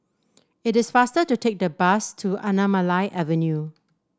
it is faster to take the bus to Anamalai Avenue